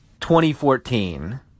2014